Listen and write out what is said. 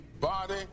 body